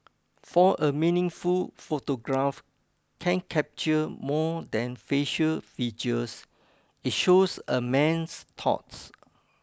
for a meaningful photograph can capture more than facial features it shows a man's thoughts